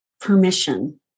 permission